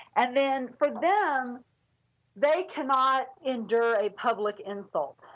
and then for them they cannot endure a public insult,